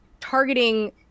targeting